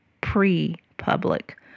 pre-public